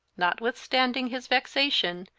notwithstanding his vexation,